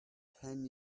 ten